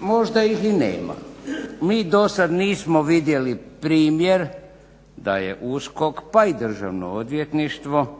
možda ih i nema. Mi do sad nismo vidjeli primjer da je USKOK, pa i Državno odvjetništvo